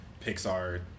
Pixar